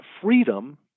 freedom